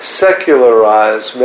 secularize